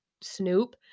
snoop